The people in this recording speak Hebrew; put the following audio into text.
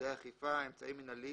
"אמצעי אכיפה" אמצעי מינהלי